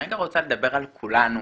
אני הייתי רוצה לדבר על כולנו,